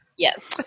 Yes